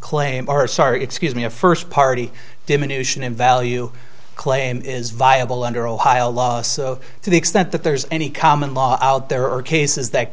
claim or sorry excuse me a first party diminution in value claim is viable under ohio law to the extent that there's any common law out there are cases that